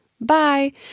bye